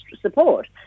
support